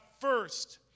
first